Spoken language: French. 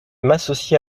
m’associer